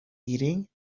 eating